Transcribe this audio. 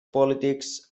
politics